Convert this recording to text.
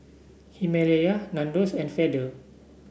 Himalaya Nandos and Feather